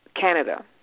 Canada